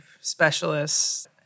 specialists